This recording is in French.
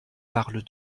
parlent